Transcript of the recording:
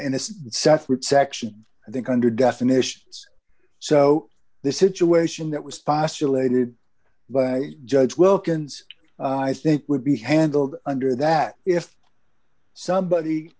in a separate section i think under definitions so this situation that was postulated by judge wilkins i think would be handled under that if somebody